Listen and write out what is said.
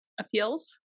appeals